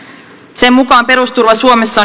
sen mukaan perusturva suomessa